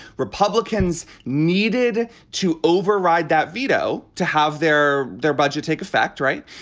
republicans needed to override that veto to have their their budget take effect right.